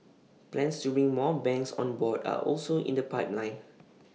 plans to bring more banks on board are also in the pipeline